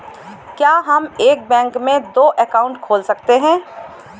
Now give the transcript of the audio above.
क्या हम एक बैंक में दो अकाउंट खोल सकते हैं?